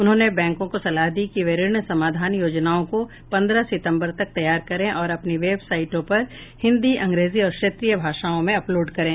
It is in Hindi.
उन्होंने बैंकों को सलाह दी कि वे ऋण समाधान योजनाओं को पन्द्रह सितंबर तक तैयार करें और अपनी वेबसाइटों पर हिंदी अंग्रेजी और क्षेत्रीय भाषाओं में अपलोड करें